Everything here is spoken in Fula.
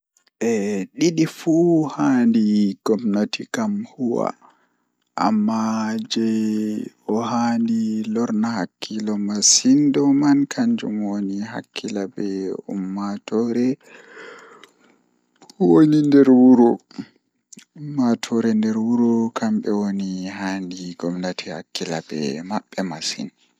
Eh didi fuu handi gomnati kam huwa amma ko handi lorna hakkilo masin kanjum woni hakkila be ummatoore woni nderwuro ummtoore nder wuro kambe woni gomnati hakkila be mabbe masin